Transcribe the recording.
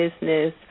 business